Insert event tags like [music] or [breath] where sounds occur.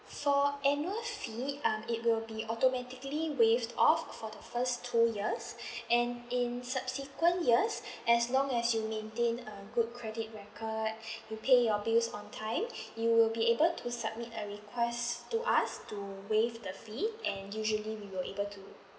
for annual fee um it will be automatically waive off for the first two years [breath] and in subsequent years [breath] as long as you maintain a good credit record [breath] you pay your bills on time [breath] you will be able to submit a request to us to waive the fee and usually we will able to do